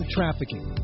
Trafficking